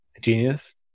Genius